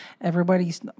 Everybody's